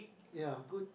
ya good